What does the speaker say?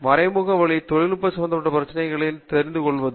மறைமுக வழி தொழில் சம்பந்தப்பட்ட பிரச்சினைகளைச் தெரிந்து கொள்வது